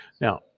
Now